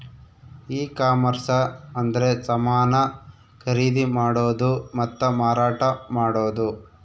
ಈ ಕಾಮರ್ಸ ಅಂದ್ರೆ ಸಮಾನ ಖರೀದಿ ಮಾಡೋದು ಮತ್ತ ಮಾರಾಟ ಮಾಡೋದು